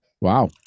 wow